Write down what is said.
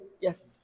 Yes